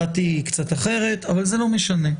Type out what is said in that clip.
דעתי היא קצת אחרת, אבל זה לא משנה.